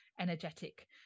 energetic